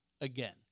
again